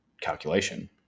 calculation